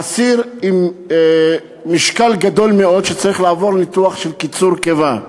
אסיר במשקל רב מאוד שצריך לעבור ניתוח לקיצור קיבה.